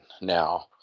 Now